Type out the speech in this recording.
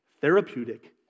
therapeutic